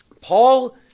Paul